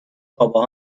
بابا